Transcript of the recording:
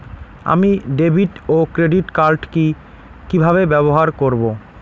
আমি ডেভিড ও credit card কি কিভাবে ব্যবহার করব?